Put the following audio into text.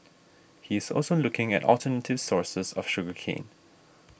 he is also looking at alternative sources of sugar cane